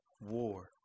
war